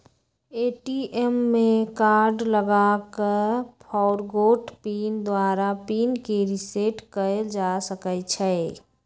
ATM में card लगा कऽ फ़ॉरगोट पिन द्वारा पिन के रिसेट कएल जा सकै छै